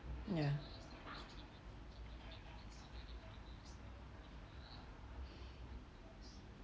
yeah